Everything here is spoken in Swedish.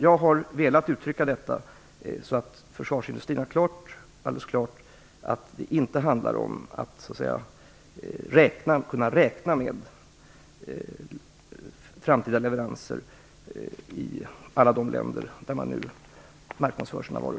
Jag har velat uttrycka detta, så att det står helt klart för försvarsindustrin att det inte handlar om att man kan räkna med framtida leveranser till alla de länder där man nu marknadsför sina varor.